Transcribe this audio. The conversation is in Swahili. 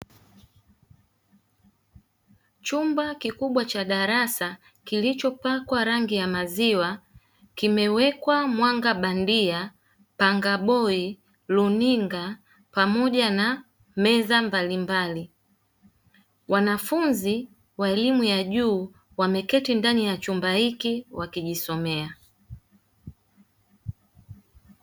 Chumba kikubwa cha darasa kilichopakwa rangi ya maziwa kimewekwa mwanga bandia, pangaboi, runinga pamoja na meza mbalimbali, wanafunzi wa elimu ya juu wameketi ndani ya chumba hiki wakijisomea.